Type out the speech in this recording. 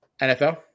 NFL